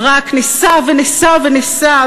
ברק ניסה וניסה וניסה,